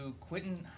Quentin